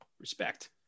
respect